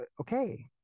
okay